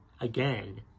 again